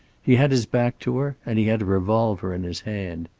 he had his back to her, and he had a revolver in his hand.